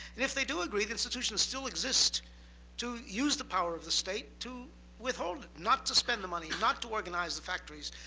and if they do agree, the institutions still exist to use the power of the state to withhold it, not to spend the money, not to organize the factories,